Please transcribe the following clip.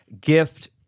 gift